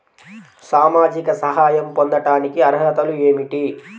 సామాజిక సహాయం పొందటానికి అర్హత ఏమిటి?